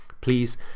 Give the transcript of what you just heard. please